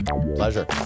Pleasure